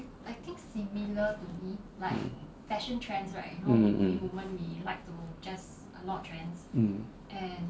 mm mm mm mm